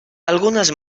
algunes